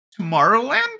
Tomorrowland